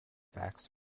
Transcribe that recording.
facts